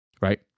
Right